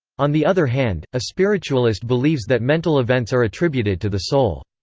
on the other hand, a spiritualist believes that mental events are attributed to the soul.